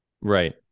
Right